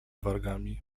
wargami